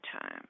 time